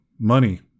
Money